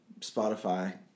Spotify